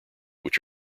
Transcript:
which